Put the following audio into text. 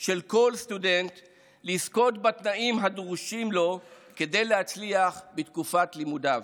של כל סטודנט לזכות בתנאים הדרושים לו כדי להצליח בתקופת לימודיו.